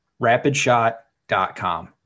Rapidshot.com